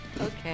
Okay